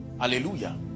Hallelujah